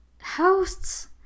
hosts